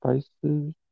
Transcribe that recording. spices